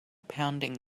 pounding